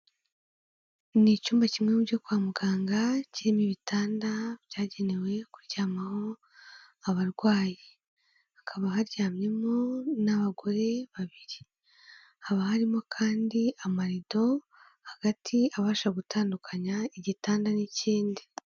Ni icyumba kimwe mu byo kwa muganga kirimo ibitanda byagenewe kuryamaho abarwayi, hakaba haryamyemo n'abagore babiri, haba harimo kandi amarido hagati abasha gutandukanya igitanda n'ikindi.